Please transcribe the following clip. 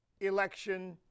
election